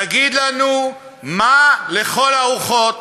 תגיד לנו מה לכל הרוחות